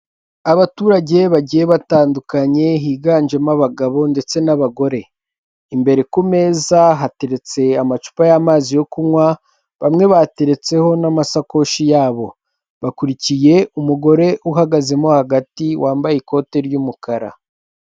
Abaturage bagiye batandukanye higanjemo abagabo ndetse n'abagore imbere ku meza hateretse amacupa y'amazi yo kunywa, bamwe bateretseho n'amasakoshi yabo bakurikiye umugore uhagazemo hagati wambaye ikote ry'umukara.